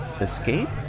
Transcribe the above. Escape